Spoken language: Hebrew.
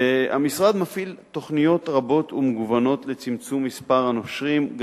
למשרד יש תוכניות רבות ומגוונות לצמצום מספר הנושרים,